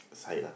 side lah